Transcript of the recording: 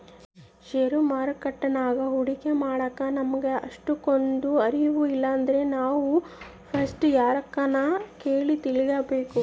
ಷೇರು ಮಾರುಕಟ್ಯಾಗ ಹೂಡಿಕೆ ಮಾಡಾಕ ನಮಿಗೆ ಅಷ್ಟಕೊಂದು ಅರುವು ಇಲ್ಲಿದ್ರ ನಾವು ಪಸ್ಟಿಗೆ ಯಾರ್ತಕನ ಕೇಳಿ ತಿಳ್ಕಬಕು